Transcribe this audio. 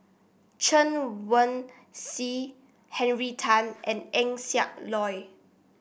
Chen Wen Hsi Henry Tan and Eng Siak Loy